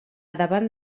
davant